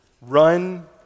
run